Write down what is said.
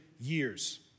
years